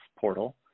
portal